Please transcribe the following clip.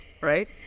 Right